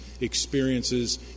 experiences